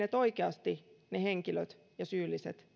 että oikeasti ne henkilöt ja syylliset